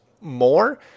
more